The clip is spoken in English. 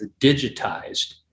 digitized